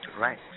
right